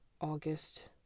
august